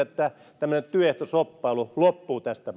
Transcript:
että tämmöinen työehtoshoppailu loppuu tästä